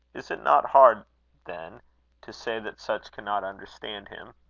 is it not hard then to say that such cannot understand him?